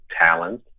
talent